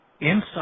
inside